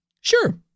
sure